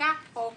נחקק חוק